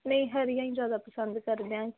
ਨਹੀਂ ਹਰੀਆਂ ਹੀ ਜ਼ਿਆਦਾ ਪਸੰਦ ਕਰਦੇ ਹਾਂ